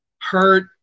Hurt